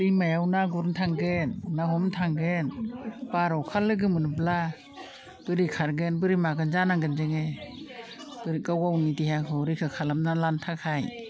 दैमायाव ना गुरनो थांगोन ना हमनो थांगोन बार अखा लोगोमोनब्ला बोरै खारगोन बोरै मागोन जानांगोन जोङो गावगावनि देहाखौ रैखा खालामना लानो थाखाय